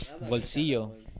Bolsillo